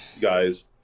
guys